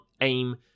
aim